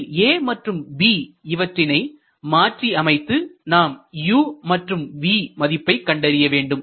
இதில் a மற்றும் b இவற்றினை மாற்றியமைத்து நாம் u மற்றும் v மதிப்பை கண்டறிய வேண்டும்